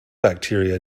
bacteria